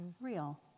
real